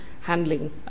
handling